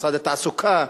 משרד התעסוקה,